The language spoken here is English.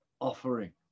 offering